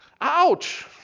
Ouch